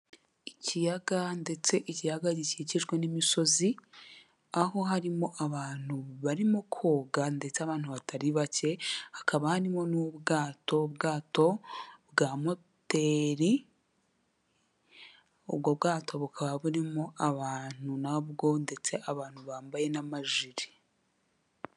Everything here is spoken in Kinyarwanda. Ikiyaga ndetse ikiyaga gikikijwe n'imisozi aho harimo abantu barimo koga ndetse abantu batari bake hakaba harimo n'ubwato bwato bwa moteri ubwo bwato bukaba burimo abantu nabwo ndetse abantu bambaye n'amajiri.